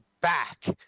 back